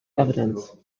evidence